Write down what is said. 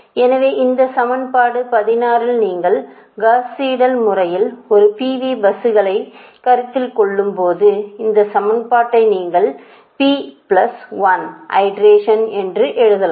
எனவே இந்த சமன்பாடு 16 இல் நீங்கள் காஸ் சீடெல் முறையில் ஒரு P V பஸ்களை கருத்தில் கொள்ளும்போது இந்த சமன்பாட்டை நீங்கள் P பிளஸ் 1 ஐட்ரேஷன் என்று எழுதலாம்